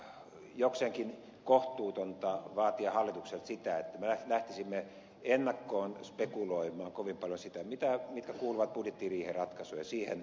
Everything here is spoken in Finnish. on jokseenkin kohtuutonta vaatia hallitukselta sitä että me lähtisimme ennakkoon spekuloimaan kovin paljon sitä mitkä kuuluvat budjettiriihen ratkaisuun ja siihen prosessiin